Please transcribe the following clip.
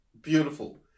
beautiful